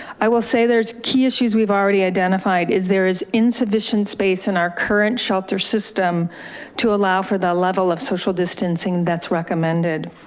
i will say there's key issues we've already identified, is there is insufficient space in our current shelter system to allow for the level of social distancing that's recommended.